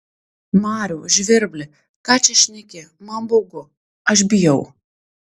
mariau žvirbli ką čia šneki man baugu aš bijau